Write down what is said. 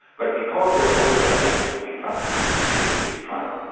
but because they are open, i think it should be tried, we should give it a try.